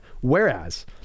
Whereas